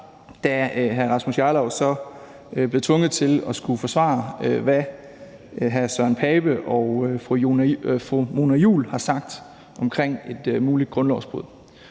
da hr. Rasmus Jarlov blev tvunget til at skulle forsvare det, som hr. Søren Pape Poulsen og fru Mona Juul har sagt omkring et muligt grundlovsbrud.